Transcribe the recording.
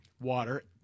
water